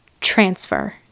transfer